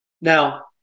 Now